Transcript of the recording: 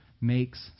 makes